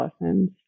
lessons